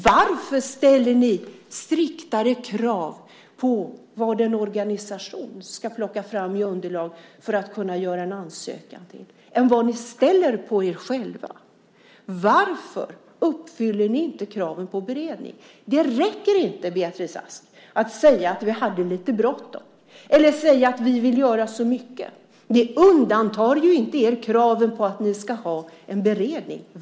Varför ställer ni striktare krav på det underlag som en organisation ska plocka fram för att kunna göra en ansökan än ni ställer på er själva? Varför uppfyller ni inte kraven på beredning? Det räcker inte, Beatrice Ask, att säga att ni hade lite bråttom, eller säga att ni vill göra så mycket. Det undantar er inte från kraven på beredning.